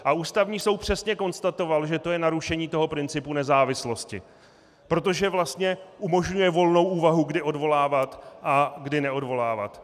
A Ústavní soud přesně konstatoval, že to je narušení principu nezávislosti, protože vlastně umožňuje volnou úvahu, kdy odvolávat a kdy neodvolávat.